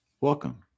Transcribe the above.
Welcome